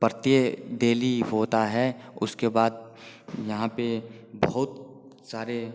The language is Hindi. प्रत्येक डेली होता है उसके बाद यहाँ पर बहुत सारे